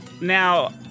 Now